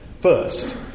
first